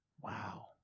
Wow